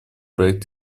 проект